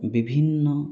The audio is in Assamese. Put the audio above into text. বিভিন্ন